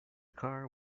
car